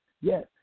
yes